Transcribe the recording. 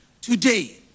Today